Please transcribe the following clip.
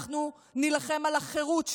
אנחנו נילחם על החירות שלנו,